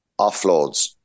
offloads